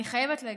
אני חייבת להגיד,